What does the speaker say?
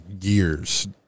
years